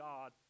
God